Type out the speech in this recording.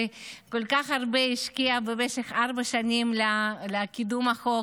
שכל כך הרבה השקיע במשך ארבע שנים לקידום החוק,